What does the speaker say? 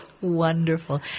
Wonderful